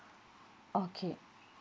okay